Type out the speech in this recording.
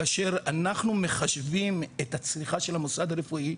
כאשר אנחנו מחשבים את הצריכה של המוסד הרפואי,